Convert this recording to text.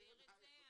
אני לא אעביר את זה.